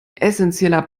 essenzieller